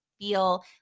feel